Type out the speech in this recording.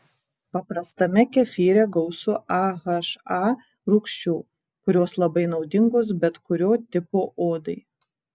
paprastame kefyre gausu aha rūgščių kurios labai naudingos bet kurio tipo odai